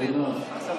אורנה,